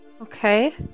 Okay